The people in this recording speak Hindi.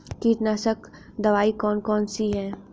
कीटनाशक दवाई कौन कौन सी हैं?